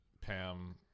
Pam